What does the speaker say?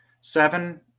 Seven